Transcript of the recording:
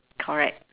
correct